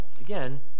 again